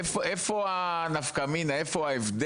איפה הנפקא מינה?